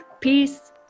Peace